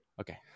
Okay